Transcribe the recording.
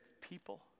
people